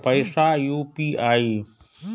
पैसा यू.पी.आई?